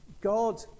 God